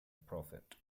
prophet